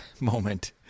moment